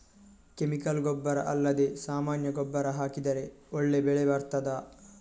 Chemical ಗೊಬ್ಬರ ಅಲ್ಲದೆ ಸಾಮಾನ್ಯ ಗೊಬ್ಬರ ಹಾಕಿದರೆ ಒಳ್ಳೆ ಬೆಳೆ ಬರ್ತದಾ?